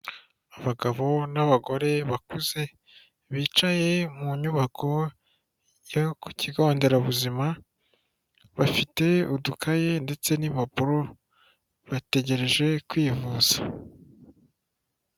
Abagabo n'abagore bakuze bicaye mu nyubako yo ku kigo nderabuzima, bafite udukaye ndetse n'impapuro bategereje kwivuza.